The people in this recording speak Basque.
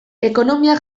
ekonomia